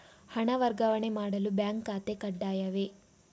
ಹಣ ವರ್ಗಾವಣೆ ಮಾಡಲು ಬ್ಯಾಂಕ್ ಖಾತೆ ಕಡ್ಡಾಯವೇ?